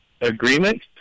agreement